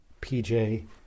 PJ